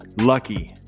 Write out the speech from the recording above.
lucky